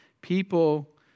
people